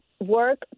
work